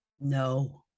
No